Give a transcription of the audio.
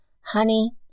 Honey